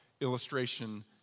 illustration